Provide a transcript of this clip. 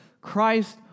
Christ